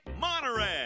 monorail